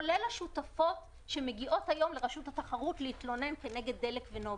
כולל השותפות שמגיעות היום לרשות התחרות להתלונן כנגד דלק ונובל,